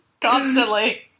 Constantly